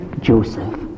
Joseph